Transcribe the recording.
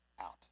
out